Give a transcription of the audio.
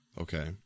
Okay